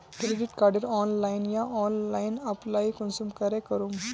Credit कार्डेर online या offline apply कुंसम करे करूम?